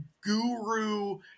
guru